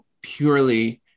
purely